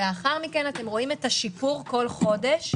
לאחר מכן אתם רואים את השיפור בכל חודש,